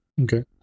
Okay